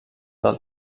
del